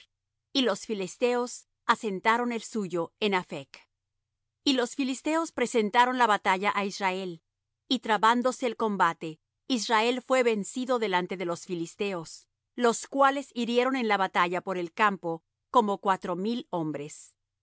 y los filisteos asentaron el suyo en aphec y los filisteos presentaron la batalla á israel y trabándose el combate israel fué vencido delante de los filisteos los cuales hirieron en la batalla por el campo como cuatro mil hombres